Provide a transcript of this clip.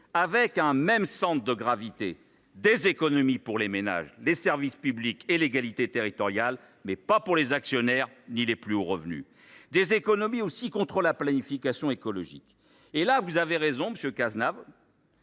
d’un même centre de gravité : des économies sur les ménages, les services publics et l’égalité territoriale, mais non sur les actionnaires ni sur les hauts revenus. Les économies se font aussi contre la planification écologique. En la matière, monsieur Cazenave,